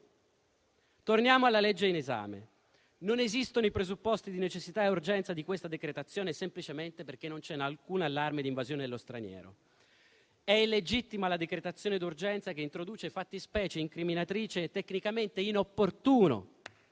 Torniamo alla legge in esame. Non esistono i presupposti di necessità e urgenza di questa decretazione semplicemente perché non c'è alcun allarme di invasione dello straniero. È illegittima la decretazione d'urgenza che introduce fattispecie incriminatrici e tecnicamente inopportuna